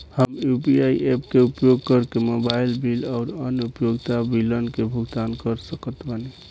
हम UPI apps के उपयोग करके मोबाइल बिल आउर अन्य उपयोगिता बिलन के भुगतान कर सकत बानी